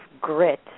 grit